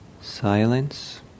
silence